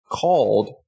called